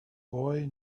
boy